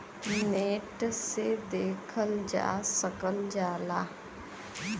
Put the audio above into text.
net से देखल जा सकल जाला